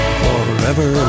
forever